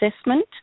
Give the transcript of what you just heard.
assessment